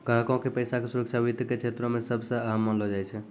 ग्राहको के पैसा के सुरक्षा वित्त के क्षेत्रो मे सभ से अहम मानलो जाय छै